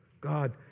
God